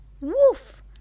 Woof